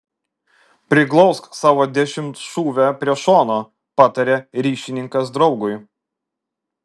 priglausk savo dešimtšūvę prie šono pataria ryšininkas draugui